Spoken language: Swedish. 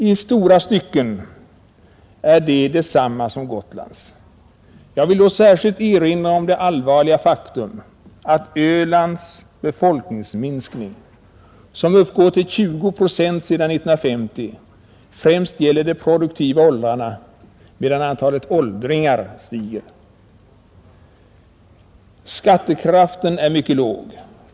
I stora stycken är de desamma som Gotlands. Jag vill då särskilt erinra om det allvarliga faktum att Ölands befolkningsminskning — som uppgår till 20 procent sedan 1950 — främst gäller de produktiva åldrarna, medan antalet åldringar stiger. Skattekraften är mycket låg.